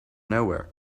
nowhere